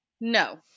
no